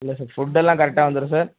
sir ஃபுட்டெல்லாம் கரெக்டாக வந்துடும் சார்